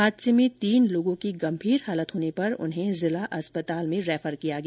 हादसे में तीन लोगों की गंभीर हालात होने पर जिला अस्पताल में रैफर किया गया